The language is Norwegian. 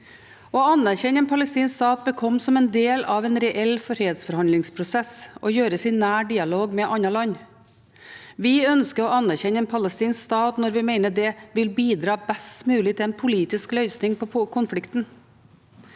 Å anerkjenne en palestinsk stat bør komme som en del av en reell fredsforhandlingsprosess og gjøres i nær dialog med andre land. Vi ønsker å anerkjenne en palestinsk stat når vi mener det vil bidra best mulig til en politisk løsning på konflikten.